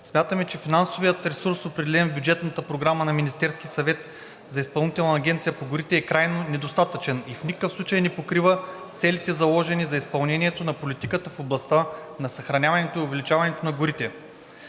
смятаме, че финансовият ресурс, определен в бюджетната програма на Министерския съвет за Изпълнителната агенция по горите, е крайно недостатъчен и в никакъв случай не покрива целите, заложени за изпълнението на политиката в областта на съхраняването и увеличаването на горите.